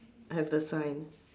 at the sign